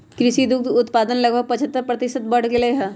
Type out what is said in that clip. कृषि दुग्ध उत्पादन लगभग पचहत्तर प्रतिशत बढ़ लय है